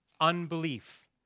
unbelief